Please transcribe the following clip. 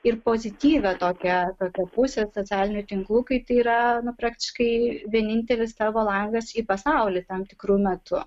ir pozityvią tokią tokią pusę socialinių tinklų kai tai yra praktiškai vienintelis tavo langas į pasaulį tam tikru metu